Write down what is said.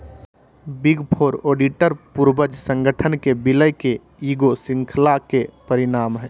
big four auditor पूर्वज संगठन के विलय के ईगो श्रृंखला के परिणाम हइ